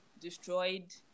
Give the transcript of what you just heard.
destroyed